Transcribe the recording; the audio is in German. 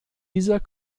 dieser